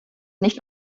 nicht